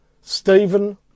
Stephen